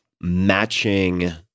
matching